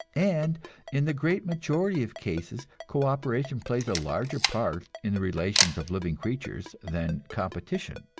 and in the great majority of cases co-operation plays a larger part in the relations of living creatures than competition.